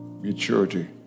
maturity